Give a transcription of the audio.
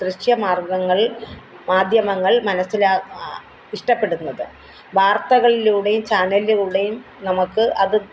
ദൃശ്യമാർഗങ്ങൾ മാധ്യമങ്ങൾ മനസിലാക്കാൻ ഇഷ്ടപ്പെടുന്നത് വർത്തകളിലൂടെയും ചാനലുകളുടെയും നമുക്ക് അത്